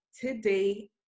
Today